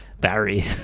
Barry